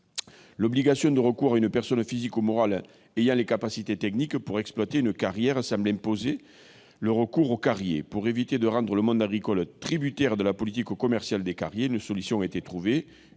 L'obligation de recours à une personne physique ou morale ayant les capacités techniques pour exploiter une carrière semble imposer de faire appel aux carriers. Pour éviter de rendre le monde agricole tributaire de la politique commerciale des carriers, une solution a été trouvée